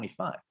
25